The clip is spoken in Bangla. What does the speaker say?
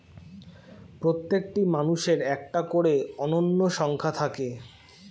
প্রত্যেকটি মানুষের একটা করে অনন্য সংখ্যা থাকে